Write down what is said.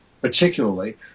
particularly